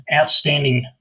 outstanding